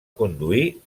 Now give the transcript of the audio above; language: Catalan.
conduir